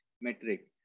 metric